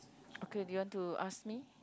okay you want to ask me